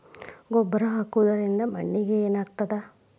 ಗೊಬ್ಬರ ಹಾಕುವುದರಿಂದ ಮಣ್ಣಿಗೆ ಏನಾಗ್ತದ?